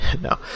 No